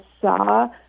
saw